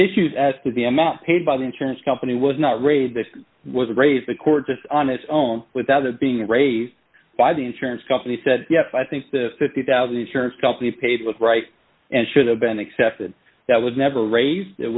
issues as to the amount paid by the insurance company was not raised that was raised the court just on its own without it being raised by the insurance company said yes i think the fifty thousand terms companies paid with right and should have been accepted that would never raise it